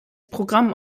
programm